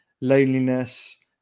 loneliness